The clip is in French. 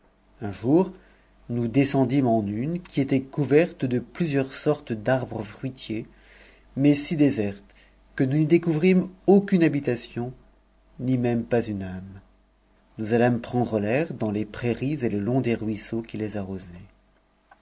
un jour nous descendîmes en une qui était couverte de plusieurs sorte d'arbres fruitiers mais si déserte que nous n'y découvrîmes aucune habi tation ni même pas une âme nous allâmes prendre l'air dans les prairie et le long des ruisseaux qui les arrosaient